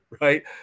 Right